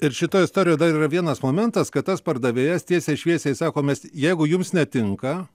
ir šitoj istorijoj dar yra vienas momentas kad tas pardavėjas tiesiai šviesiai sako mes jeigu jums netinka